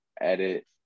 edit